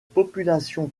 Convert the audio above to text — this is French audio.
population